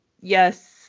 yes